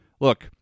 Look